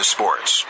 Sports